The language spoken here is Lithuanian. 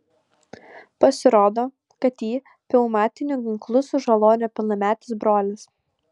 pasirodo kad jį pneumatiniu ginklu sužalojo nepilnametis brolis